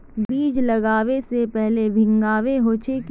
बीज लागबे से पहले भींगावे होचे की?